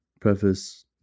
preface